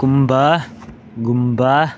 ꯀꯨꯝꯕ ꯒꯨꯝꯕ